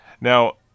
Now